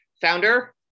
founder